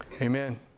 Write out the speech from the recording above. amen